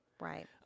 Right